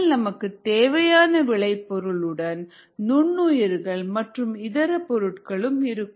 அதில் நமக்கு தேவையான விளைபொருள் உடன் நுண்ணுயிர்கள் மற்றும் இதர பொருட்களும் இருக்கும்